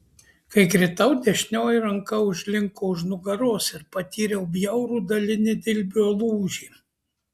kai kritau dešinioji ranka užlinko už nugaros ir patyriau bjaurų dalinį dilbio lūžį